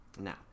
Now